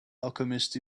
alchemist